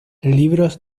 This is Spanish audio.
libros